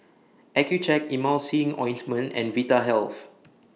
Accucheck Emulsying Ointment and Vitahealth